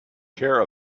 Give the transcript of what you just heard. care